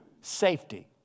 Safety